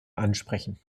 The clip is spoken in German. ansprechen